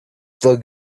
still